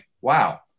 wow